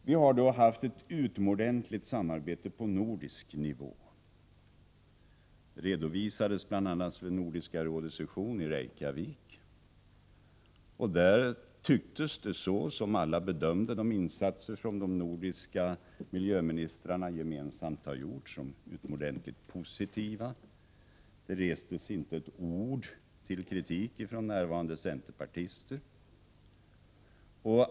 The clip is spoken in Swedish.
Vi har då haft ett utomordentligt samarbete på nordisk nivå. Det redovisades bl.a. vid Nordiska rådets session i Reykjavik. Där tycktes alla bedöma de insatser som de nordiska miljöministrarna gemensamt har gjort som utomordentligt positiva. Det anfördes inte ett ord av kritik från närvarande centerpartister.